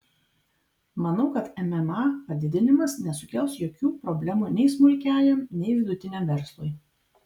manau kad mma padidinimas nesukels jokių problemų nei smulkiajam nei vidutiniam verslui